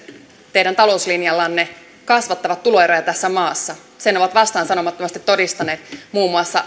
teidän talouslinjallanne kasvattavat tuloeroja tässä maassa sen on vastaansanomattomasti todistanut muun muassa